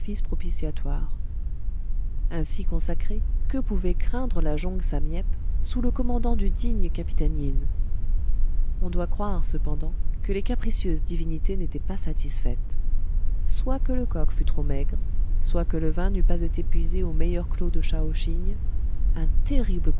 sacrifice propitiatoire ainsi consacrée que pouvait craindre la jonque sam yep sous le commandement du digne capitaine yin on doit croire cependant que les capricieuses divinités n'étaient pas satisfaites soit que le coq fût trop maigre soit que le vin n'eût pas été puisé aux meilleurs clos de chao chigne un terrible